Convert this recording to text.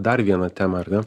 dar viena tema ar ne